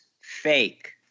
fake